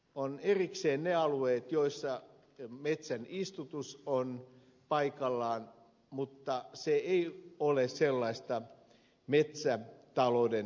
on erikseen ne alueet missä metsän istutus on paikallaan mutta se ei ole sellaista mikä lisää talouden